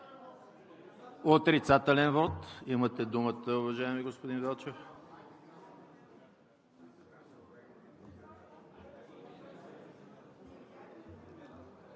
Отрицателен вот – имате думата, уважаеми господин Велчев